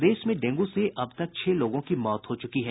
प्रदेश में डेंगू से अब तक छह लोगों की मौत हो चुकी है